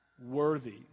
worthy